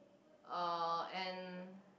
uh and